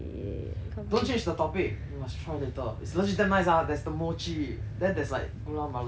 don't change the topic you must try later it's legit damn nice ah there's the mochi then there's like gula melaka and